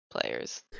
players